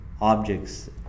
objects